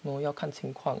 我要看情况